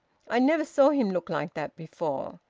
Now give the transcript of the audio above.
i never saw him look like that before.